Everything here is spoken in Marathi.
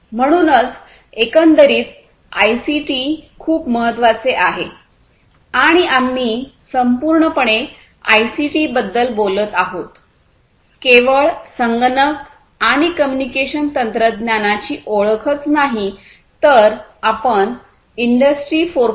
म्हणूनच एकंदरीत आयसीटी खूप महत्वाचे आहे आणि आम्ही संपूर्णपणे आयसीटीबद्दल बोलत आहोत केवळ संगणक आणि कमुनिकेशन तंत्रज्ञानाची ओळखच नाही तर आपण इंडस्ट्री 4